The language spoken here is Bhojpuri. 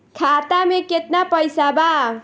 खाता में केतना पइसा बा?